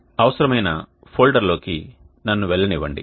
అవసరమైన ఫోల్డర్లోకి నన్ను వెళ్లనివ్వండి